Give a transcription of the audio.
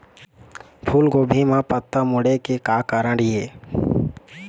फूलगोभी म पत्ता मुड़े के का कारण ये?